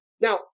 Now